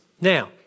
Now